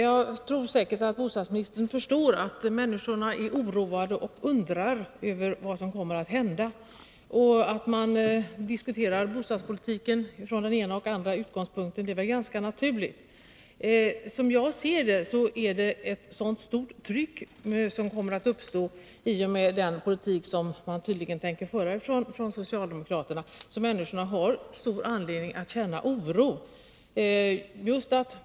Herr talman! Bostadsministern förstår säkert att människorna är oroade och undrar över vad som kommer att hända. Att man från olika utgångspunkter diskuterar bostadspolitiken är ganska naturligt. Som jag ser det kommer den politik som socialdemokraterna tydligen tänker föra att medföra ett så stort tryck att människorna har all anledning att känna oro.